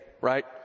right